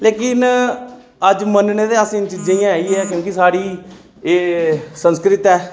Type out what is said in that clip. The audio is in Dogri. लेकिन अज्ज मनने ते अस इ'नें चीजें गी ऐ गै आं क्योंकि साढ़ी एह् संस्कृत ऐ